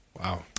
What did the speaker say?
Wow